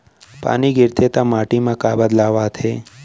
पानी गिरथे ता माटी मा का बदलाव आथे?